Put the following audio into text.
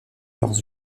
leurs